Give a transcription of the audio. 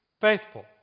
faithful